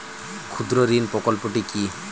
ক্ষুদ্রঋণ প্রকল্পটি কি?